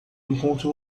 enquanto